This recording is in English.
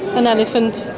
an elephant,